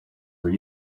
were